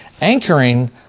anchoring